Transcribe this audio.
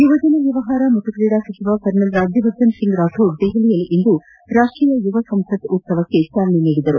ಯುವಜನ ವ್ಯವಹಾರ ಮತ್ತು ಕ್ರೀಡಾ ಸಚಿವ ಕರ್ನಲ್ ರಾಜ್ಯವರ್ಧನ್ ಸಿಂಗ್ ರಾಥೋಡ್ ದೆಹಲಿಯಲ್ಲಿಂದು ರಾಷ್ಷೀಯ ಯುವ ಸಂಸತ್ ಉತ್ಸವಕ್ಕೆ ಚಾಲನೆ ನೀಡಿದರು